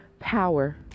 power